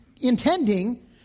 intending